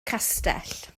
castell